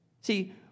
See